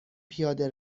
پیاده